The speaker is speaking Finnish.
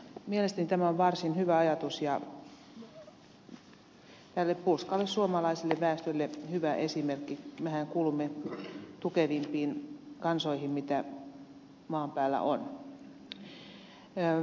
mielestäni tämä on varsin hyvä ajatus ja tälle pulskalle suomalaiselle väestölle hyvä esimerkki mehän kuulumme tukevimpiin kansoihin mitä maan päällä on